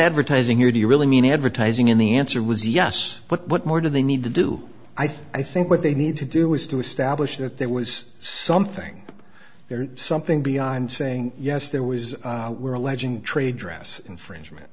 advertising here do you really mean advertising and the answer was yes what more do they need to do i think what they need to do is to establish that there was something there something beyond saying yes there was were alleging trade dress inf